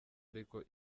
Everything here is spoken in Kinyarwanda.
ariko